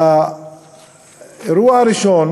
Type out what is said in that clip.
לאירוע הראשון